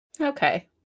Okay